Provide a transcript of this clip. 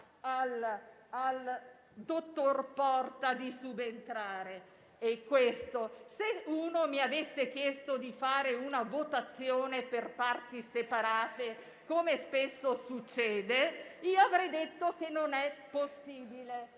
al dottor Porta di subentrare. Se mi fosse stato chiesto di fare una votazione per parti separate, come spesso succede, io avrei detto che non era possibile,